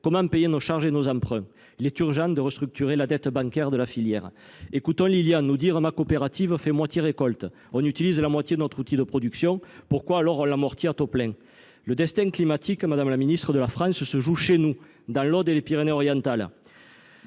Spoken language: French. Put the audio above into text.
Comment payer nos charges et nos emprunts ?» Il est urgent de restructurer la dette bancaire de la filière. Écoutons Lilian nous dire :« Ma coopérative fait une demi récolte ; on utilise la moitié de notre outil de production, alors pourquoi l’amortit on à taux plein ?» Madame la ministre, le destin climatique de la France se joue chez nous, dans l’Aude et les Pyrénées Orientales.